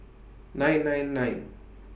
nine nine nine